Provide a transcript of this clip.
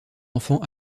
enfants